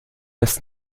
ist